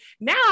Now